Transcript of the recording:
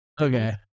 Okay